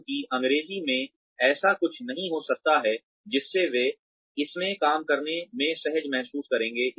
क्योंकि अंग्रेजी में ऐसा कुछ नहीं हो सकता है जिससे वे इसमें काम करने में सहज महसूस करेंगे